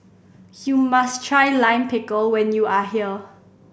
you must try Lime Pickle when you are here